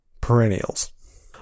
perennials